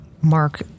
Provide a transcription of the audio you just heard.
mark